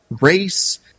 race